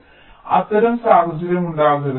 അതിനാൽ അത്തരം സാഹചര്യം ഉണ്ടാകരുത്